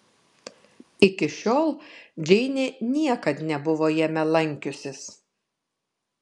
iki šiol džeinė niekad nebuvo jame lankiusis